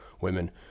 women